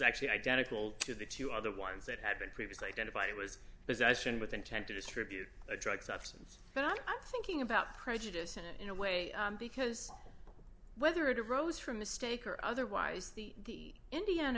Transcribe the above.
actually identical to the two other ones that had been previously identified it was possession with intent to distribute a drug substance but i'm thinking about prejudice in a way because whether it arose from mistake or otherwise the indiana